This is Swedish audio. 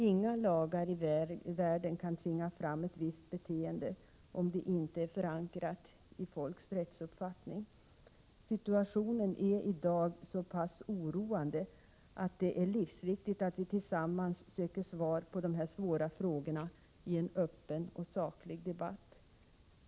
Inga lagar i världen kan tvinga fram ett visst beteende, om det inte är förankrat i folks rättsuppfattning. Situationen är i dag så oroande att det är livsviktigt att vi tillsammans söker svar på de här svåra frågorna i en öppen och saklig debatt.